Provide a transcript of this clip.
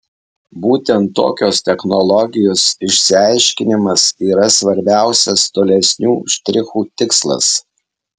būtent tokios technologijos išsiaiškinimas yra svarbiausias tolesnių štrichų tikslas